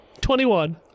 twenty-one